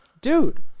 dude